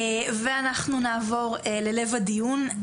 ואנחנו נעבור ללב הדיון.